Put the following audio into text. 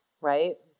Right